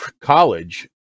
college